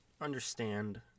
understand